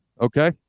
okay